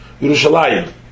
Yerushalayim